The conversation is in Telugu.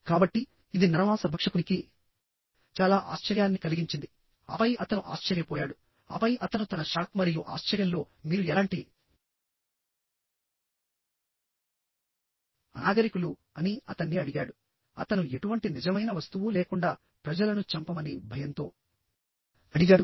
కాబట్టి ఇది నరమాంస భక్షకునికి చాలా ఆశ్చర్యాన్ని కలిగించింది ఆపై అతను ఆశ్చర్యపోయాడు ఆపై అతను తన షాక్ మరియు ఆశ్చర్యంలో మీరు ఎలాంటి అనాగరికులు అని అతన్ని అడిగాడు అతను ఎటువంటి నిజమైన వస్తువు లేకుండా ప్రజలను చంపమని భయంతో అడిగాడు